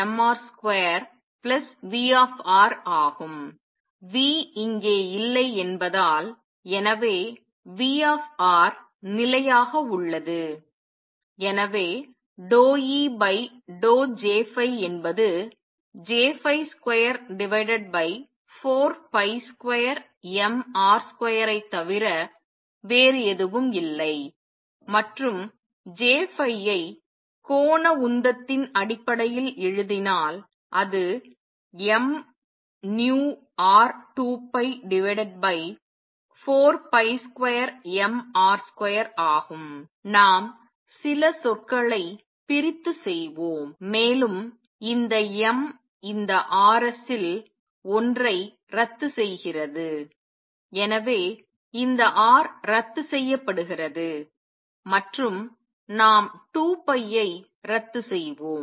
V இங்கே இல்லை என்பதால் எனவே V நிலையாக உள்ளது எனவே ∂EJஎன்பது J242mR2 ஐ தவிர வேறு எதுவும் இல்லை மற்றும் J ஐ கோண உந்தத்தின் அடிப்படையில் எழுதினால் அது mvR2π42mR2 ஆகும் நாம் சில சொற்களை பிரித்து செய்வோம் மேலும் இந்த m இந்த Rs இல் ஒன்றை ரத்து செய்கிறது எனவே இந்த R ரத்து செய்யப்படுகிறது மற்றும் நாம் 2 ஐ ரத்து செய்வோம்